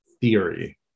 theory